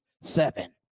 seven